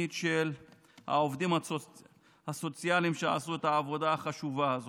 של העובדים הסוציאליים שעשו את העבודה החשובה הזאת.